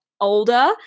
older